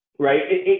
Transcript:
Right